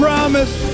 promise